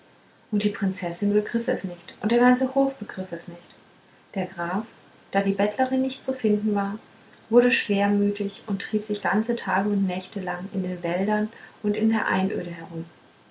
und die prinzessin begriff es nicht und der ganze hof begriff es nicht der graf da die bettlerin nicht zu finden war wurde schwermütig und trieb sich ganze tage und nächte lang in den wäldern und in der einöde herum